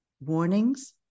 warnings